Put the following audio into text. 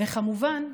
וכמובן,